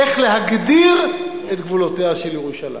איך להגדיר את גבולותיה של ירושלים.